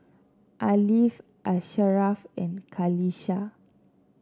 Ariff Asharaff and Qalisha